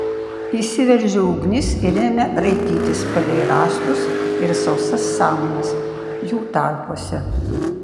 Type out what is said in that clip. įsiveržė ugnis ir ėmė raitytis palei rąstus ir sausas samanas jų tarpuose